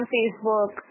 Facebook